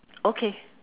okay